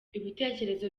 ibitekerezo